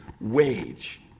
wage